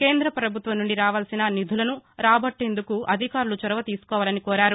కేంద్ర ప్రభుత్వం నుండి రావలసిన నిధులను రాబట్టేందుకు అధికారులు చొరవ తీసుకోవాలని కోరారు